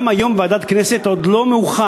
גם היום, בוועדת הכנסת, עוד לא מאוחר.